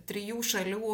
trijų šalių